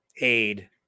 aid